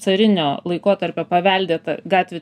carinio laikotarpio paveldėtą gatvių